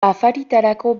afaritarako